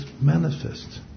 manifest